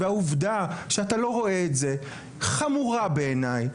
והעובדה שאתה לא רואה את זה, חמורה בעיניי.